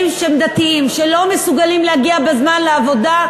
שהם דתיים לא מסוגלים להגיע בזמן לעבודה,